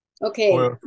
Okay